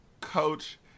Coach